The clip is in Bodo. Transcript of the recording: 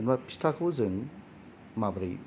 जेनेबा फिथाखौ जों माबोरै